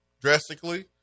drastically